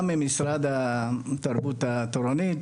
גם ממשרד התרבות העירונית.